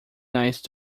nice